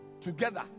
together